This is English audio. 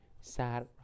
sad